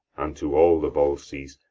and to all the volsces,